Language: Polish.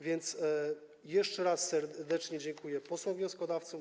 Więc jeszcze raz serdecznie dziękuję posłom wnioskodawcom.